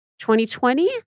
2020